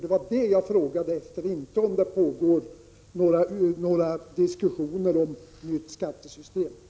Det var detta jag frågade efter, inte efter om det pågår diskussioner om ett nytt skattesystem.